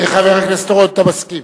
חבר הכנסת אורון, אתה מסכים.